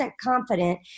confident